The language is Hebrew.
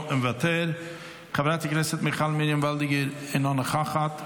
מוותר, חברת הכנסת מיכל מרים וולדיגר, אינה נוכחת,